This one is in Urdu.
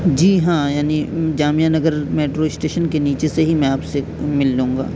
جی ہاں یعنی جامعہ نگر میٹرو اسٹیشن کے نیچے سے ہی میں آپ سے مل لوں گا